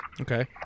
Okay